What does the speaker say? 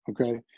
okay